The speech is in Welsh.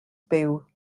byw